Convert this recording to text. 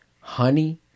honey